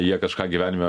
jie kažką gyvenime